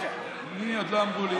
עוד לא אמרו לי,